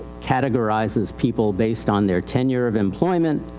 categorizes people based on their tenure of employment,